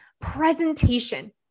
presentation